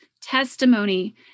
testimony